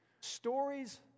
stories